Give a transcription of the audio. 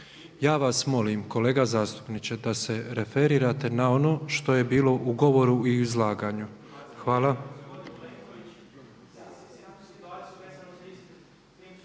Božo (MOST)** Kolega zastupniče da se referirate na ono što je bilo u govoru i izlaganju. Hvala.